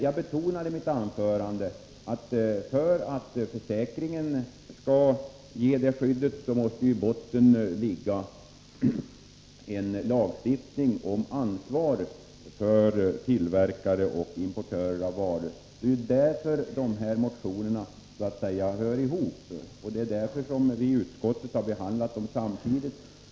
Jag betonade i mitt anförande att för att försäkringen skall ge det skyddet måste i botten ligga en lagstiftning om ansvar för tillverkare och importörer av varor. Det är därför som dessa motioner så att säga hör ihop, och det är därför som vi i utskottet har behandlat dem samtidigt.